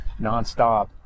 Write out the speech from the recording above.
nonstop